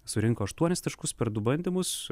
surinko aštuonis taškus per du bandymus